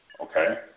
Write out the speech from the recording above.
okay